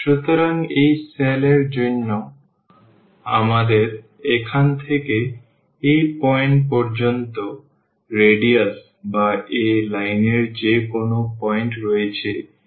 সুতরাং এই সেল এর জন্য আমাদের এখান থেকে এই পয়েন্ট পর্যন্ত রেডিয়াস বা এই লাইনের যে কোনও পয়েন্ট রয়েছে এটি ri